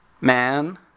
man